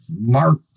mark